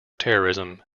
terrorism